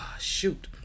Shoot